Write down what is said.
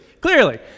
clearly